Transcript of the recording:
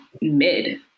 mid